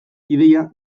ideia